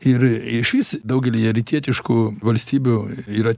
ir išvis daugelyje rytietiškų valstybių yra